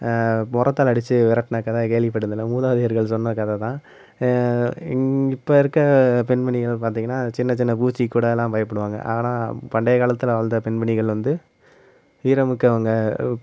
முறத்தால அடித்து விரட்ன கத கேள்வி பட்டிருந்தோம்ல மூதாதையர்கள் சொன்ன கதைதான் இங் இப்போ இருக்க பெண்மணிகள் பார்த்தீங்கன்னா சின்ன சின்ன பூச்சிக்கு கூடவெலாம் பயப்படுவாங்கள் ஆனால் பண்டைய காலத்தில் வாழ்ந்த பெண்மணிகள் வந்து வீரமிக்கவங்கள்